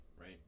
right